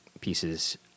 pieces